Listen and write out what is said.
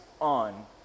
on